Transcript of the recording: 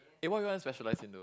eh what you want specialise in though